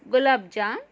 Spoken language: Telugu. గులాబ్జామ్